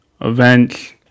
events